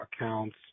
accounts